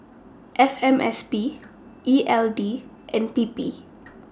F M S P E L D and P P